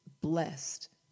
blessed